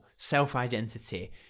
self-identity